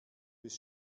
bis